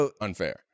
unfair